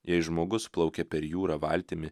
jei žmogus plaukia per jūrą valtimi